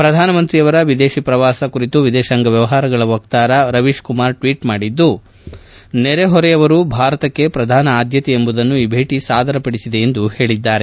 ಪ್ರಧಾನಮಂತ್ರಿಯವರ ವಿದೇಶಿ ಪ್ರವಾಸ ಕುರಿತು ವಿದೇಶಾಂಗ ವ್ನವಹಾರಗಳ ವಕ್ಕಾರ ರವೀಶ್ ಕುಮಾರ್ ಟೀಟ್ ಮಾಡಿ ನೆರೆಹೊರೆಯವರು ಭಾರತಕ್ಕೆ ಪ್ರಧಾನ ಆದ್ನತೆ ಎಂಬುದನ್ನು ಈ ಭೇಟಿ ಸಾದರಪಡಿಸಿದೆ ಎಂದು ಹೇಳಿದ್ಗಾರೆ